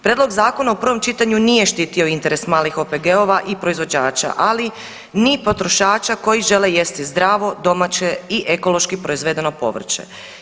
Prijedlog zakona u prvom čitanju nije štitio interes malih OPG-ova i proizvođača, ali ni potrošača koji žele jesti zdravo, domaće i ekološki proizvedeno povrće.